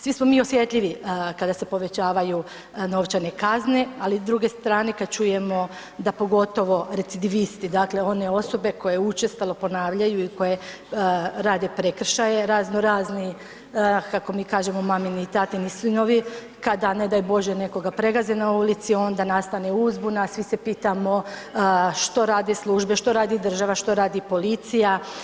Svi smo mi osjetljivi kada se povećavaju novčane kazne, ali s druge strane kad čujemo da pogotovo recidivisti, dakle one osobe koje učestalo ponavljaju i koje rade prekršaje razno razni kako mi kažemo mamini i tatini sinovi kada ne daj Bože nekoga pregaze na ulici onda nastane uzbuna, svi se pitamo što rade službe, što radi država, što radili policija.